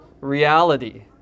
reality